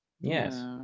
Yes